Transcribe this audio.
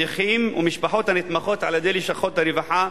נכים ומשפחות הנתמכות על-ידי לשכות הרווחה